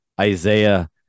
Isaiah